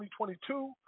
2022